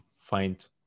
find